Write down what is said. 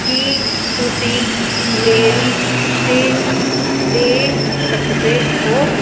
ਕੀ ਤੁਸੀਂ ਮੇਰੀ ਸੇਧ ਦੇ ਸਕਦੇ ਹੋ